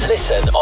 Listen